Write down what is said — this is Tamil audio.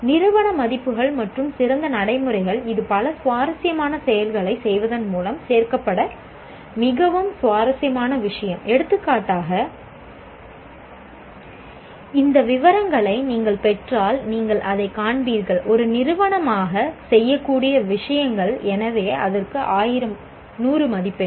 நிறுவன மதிப்புகள் மற்றும் சிறந்த நடைமுறைகள் இது பல சுவாரஸ்யமான செயல்களைச் செய்வதன் மூலம் சேர்க்கப்பட்ட மிகவும் சுவாரஸ்யமான விஷயம் எடுத்துக்காட்டாக இந்த விவரங்களை நீங்கள் பெற்றால் நீங்கள் அதைக் காண்பீர்கள் ஒரு நிறுவனமாக செய்யக்கூடிய பல விஷயங்கள் எனவே அதற்கு 100 மதிப்பெண்கள்